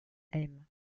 main